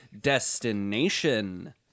destination